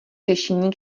řešení